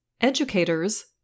Educators